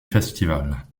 festival